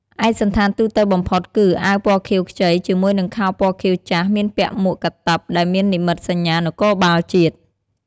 ឯកសណ្ឋានទូទៅបំផុតគឺ អាវពណ៌ខៀវខ្ចី ជាមួយនឹងខោពណ៌ខៀវចាស់ មានពាក់មួកកាតិបដែលមាននិមិត្តសញ្ញានគរបាលជាតិ។